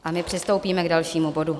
A my přistoupíme k dalšímu bodu.